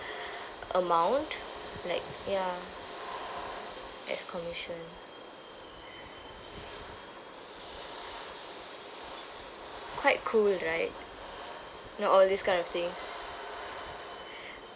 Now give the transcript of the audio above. amount like ya that's commission quite cool right know all this kind of things